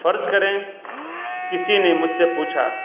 فرض کریں کسی نے مجھ سے پوچھا